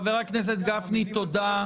אנחנו מעמידים --- חבר הכנסת גפני, תודה.